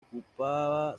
ocupaba